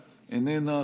איננה,